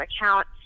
account